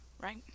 Right